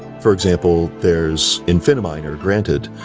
for example there's infiniminer granted,